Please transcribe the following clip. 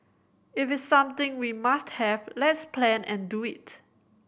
if something we must have let's plan and do it